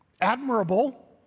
Admirable